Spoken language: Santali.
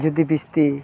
ᱡᱩᱫᱤ ᱵᱤᱥᱛᱤ